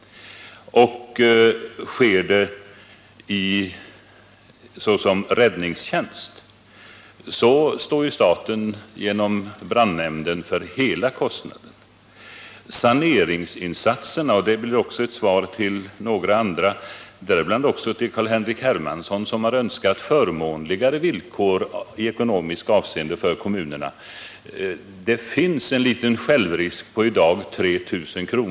Sker det såsom räddningstjänst under länsstyrelsens ledning står ju staten för hela kostnaden. Beträffande saneringsinsatserna — och det här är väl också ett svar till några andra ledamöter, däribland Carl-Henrik Hermansson som önskar förmånligare ekonomiska villkor för kommunerna — kan nämnas att det finns en liten självrisk för kommunerna på 3000 kr.